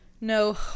no